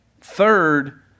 Third